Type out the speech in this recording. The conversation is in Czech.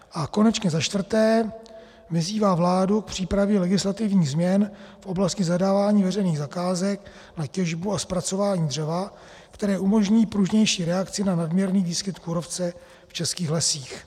a konečně IV. vyzývá vládu k přípravě legislativních změn v oblasti zadávání veřejných zakázek na těžbu a zpracování dřeva, které umožňují pružnější reakci na nadměrný výskyt kůrovce v českých lesích.